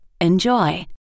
Enjoy